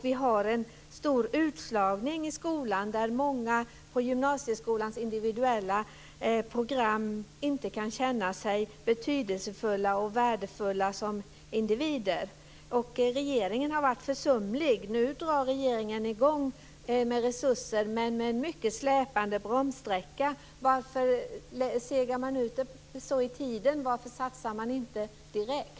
Vi har en stor utslagning i skolan, där många på gymnasieskolans individuella program inte kan känna sig betydelsefulla och värdefulla som individer. Regeringen har varit försumlig. Nu drar regeringen i gång med resurser, men med en mycket släpande bromssträcka. Varför segar man ut det så i tiden? Varför satsar man inte direkt?